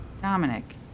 Dominic